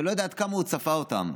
ואת לא יודעת כמה הוא צפה אותם.